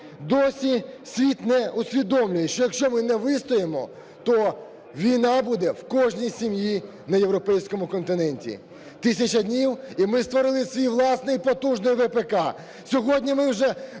досі світ не усвідомлює, що якщо ми не вистоїмо, то війна буде в кожній сім'ї на європейському континенті. 1000 днів і ми створили свій власний потужний ВПК. Сьогодні ми вже